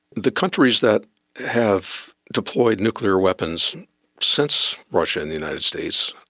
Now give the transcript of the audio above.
the countries that have deployed nuclear weapons since russia and the united states,